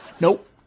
Nope